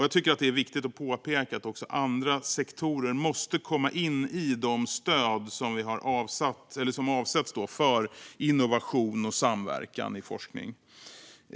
Jag tycker att det är viktigt att påpeka att också andra sektorer måste komma in i de stöd som avsätts för innovation och samverkan inom forskningen.